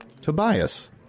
Tobias